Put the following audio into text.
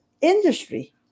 industry